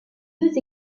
deux